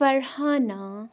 Farhana